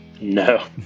No